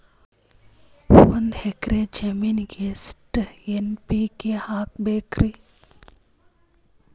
ಒಂದ್ ಎಕ್ಕರ ಜಮೀನಗ ಎಷ್ಟು ಎನ್.ಪಿ.ಕೆ ಹಾಕಬೇಕರಿ?